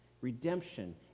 redemption